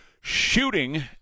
shooting